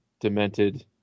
demented